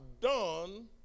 done